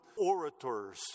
orators